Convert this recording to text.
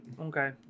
Okay